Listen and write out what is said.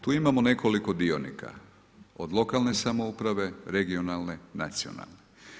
Tu imamo nekoliko dionika, od lokalne samouprave, regionalne, nacionalne.